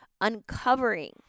uncovering